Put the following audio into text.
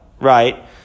right